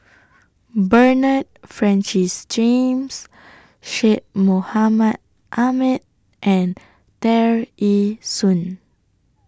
Bernard Francis James Syed Mohamed Ahmed and Tear Ee Soon